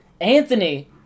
Anthony